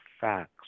facts